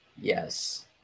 Yes